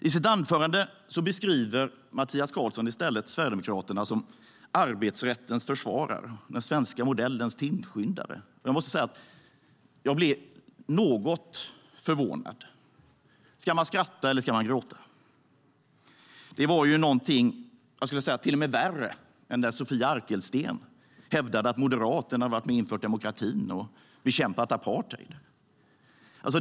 I sitt anförande beskriver Mattias Karlsson i stället Sverigedemokraterna som arbetsrättens försvarare, den svenska modellens tillskyndare. Jag måste säga att jag blev något förvånad. Ska man skratta eller ska man gråta? Det var, skulle jag säga, till och med värre än när Sofia Arkelsten hävdade att Moderaterna infört demokratin och bekämpat apartheid.